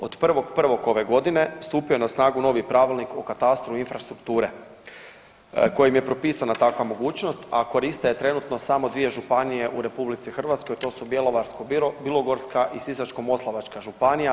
Od 1.1. ove godine stupio je na snagu novi Pravilnik o katastru infrastrukture kojim je propisana takva mogućnost, a koriste je trenutno samo dvije županije u Republici Hrvatskoj, to su Bjelovarsko-bilogorska i Sisačko-moslavačka županija.